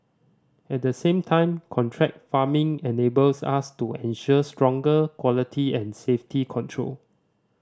at the same time contract farming enables us to ensure stronger quality and safety control